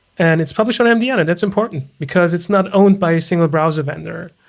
and it's published on mdn. and that's important, because it's not owned by a single browser vendor.